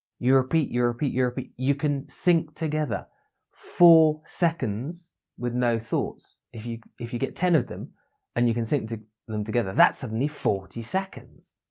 you repeat. you repeat. you repeat. you can sync together four seconds with no thoughts. if you if you get ten of them and you can sync to them together that's suddenly forty forty seconds.